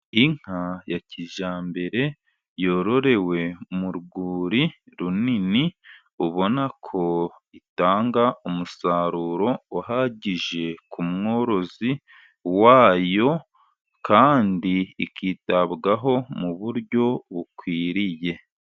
Inka ya kijyambere yo rorewe mu rwuri runini, ubona ko itanga umusaruro uhagije, ku mworozi wayo kandi ikitabwaho mu buryo bukwiriye.